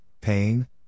pain